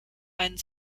einen